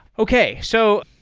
okay. so,